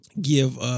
give